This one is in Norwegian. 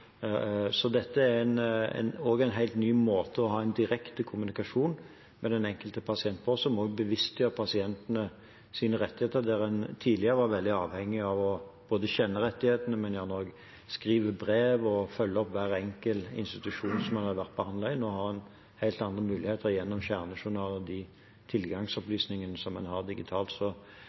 dette er en helt ny måte å ha en direkte kommunikasjon med den enkelte pasient på, som også bevisstgjør pasienten sine rettigheter, der en tidligere var veldig avhengig av å kjenne rettighetene og gjerne også skrive brev og følge opp hver enkelt institusjon en hadde vært behandlet i. Nå har en helt andre muligheter gjennom kjernejournal og de tilgangsopplysninger som en har digitalt.